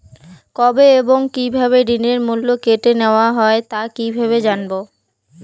কবে এবং কিভাবে ঋণের মূল্য কেটে নেওয়া হয় তা কিভাবে জানবো?